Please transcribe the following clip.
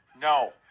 no